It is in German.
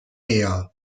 meer